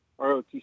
ROTC